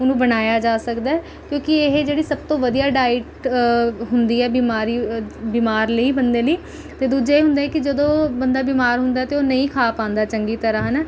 ਉਹਨੂੰ ਬਣਾਇਆ ਜਾ ਸਕਦਾ ਕਿਉਂਕਿ ਇਹ ਜਿਹੜੀ ਸਭ ਤੋਂ ਵਧੀਆ ਡਾਈਟ ਹੁੰਦੀ ਹੈ ਬਿਮਾਰੀ ਬਿਮਾਰ ਲਈ ਬੰਦੇ ਲਈ ਅਤੇ ਦੂਜਾ ਇਹ ਹੁੰਦਾ ਹੈ ਕਿ ਜਦੋਂ ਬੰਦਾ ਬਿਮਾਰ ਹੁੰਦਾ ਹੈ ਤਾਂ ਉਹ ਨਹੀਂ ਖਾ ਪਾਉਂਦਾ ਚੰਗੀ ਤਰ੍ਹਾਂ ਹੈ ਨਾ